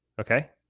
Okay